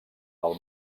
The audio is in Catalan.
del